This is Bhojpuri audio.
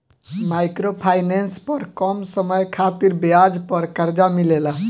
माइक्रो फाइनेंस पर कम समय खातिर ब्याज पर कर्जा मिलेला